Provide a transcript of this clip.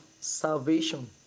salvation